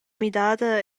midada